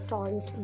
Toys